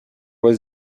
was